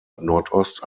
nordost